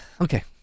Okay